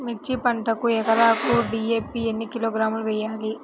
మిర్చి పంటకు ఎకరాకు డీ.ఏ.పీ ఎన్ని కిలోగ్రాములు వేయాలి?